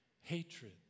hatred